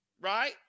Right